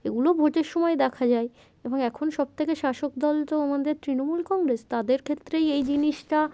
এগুলো ভোটের সময় দেখা যায় এবং এখন সবথেকে শাসক দল তো আমাদের তৃণমূল কংগ্রেস তাদের ক্ষেত্রেই এই জিনিসটা